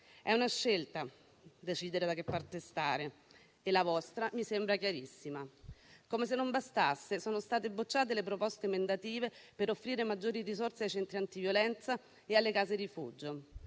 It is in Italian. È una scelta decidere da che parte stare e la vostra mi sembra chiarissima. Come se non bastasse, sono state bocciate le proposte emendative per offrire maggiori risorse ai centri antiviolenza e alle case rifugio.